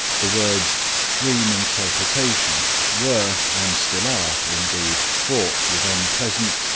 the words dream interpretation were and still are indeed fraught with unpleasant,